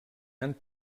han